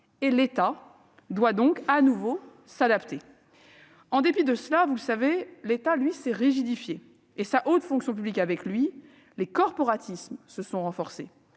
et l'État doit donc de nouveau s'adapter. En dépit de cet impératif, l'État s'est rigidifié, et sa haute fonction publique avec lui : les corporatismes se sont renforcés.